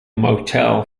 motel